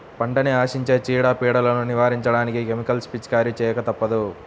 పంటని ఆశించే చీడ, పీడలను నివారించడానికి కెమికల్స్ పిచికారీ చేయక తప్పదు